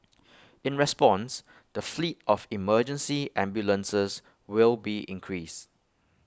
in response the fleet of emergency ambulances will be increased